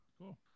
Cool